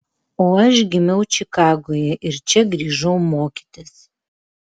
o aš gimiau čikagoje ir čia grįžau mokytis